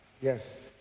Yes